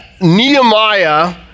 Nehemiah